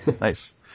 Nice